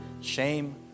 shame